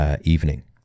evening